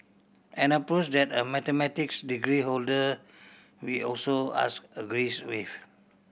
an approach that a mathematics degree holder we also ask agrees with